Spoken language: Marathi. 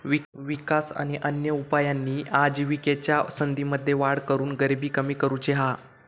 विकास आणि अन्य उपायांनी आजिविकेच्या संधींमध्ये वाढ करून गरिबी कमी करुची हा